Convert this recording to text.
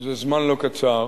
זה זמן לא קצר